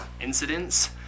incidents